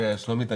ושלומית,